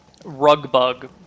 Rugbug